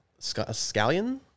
Scallion